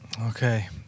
Okay